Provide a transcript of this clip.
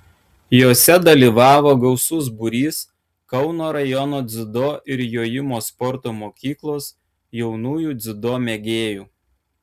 jose dalyvavo gausus būrys kauno rajono dziudo ir jojimo sporto mokyklos jaunųjų dziudo mėgėjų